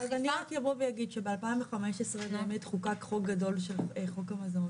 אז אני רק אגיד שב-2015 באמת חוקק חוק גדול של חוק המזון.